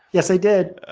yes, i did.